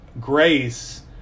grace